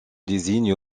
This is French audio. désigne